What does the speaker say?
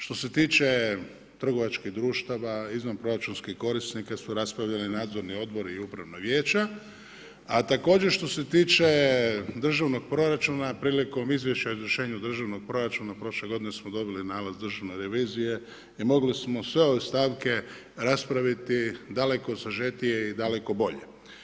Što se tiče trgovačkih društava, izvanproračunskih korisnika su raspravljali nadzorni odbor i upravna vijeća, a također, što se tiče državnog proračuna, prilikom izvješća o izvršenju državnog proračuna, prošle g. smo dobili nalaz Državne revizije i mogli smo sve ove stavke raspraviti, daleko sažetije i daleko bolje.